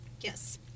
yes